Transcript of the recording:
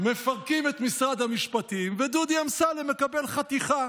מפרקים את משרד המשפטים, ודודי אמסלם מקבל חתיכה.